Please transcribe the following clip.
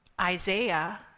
Isaiah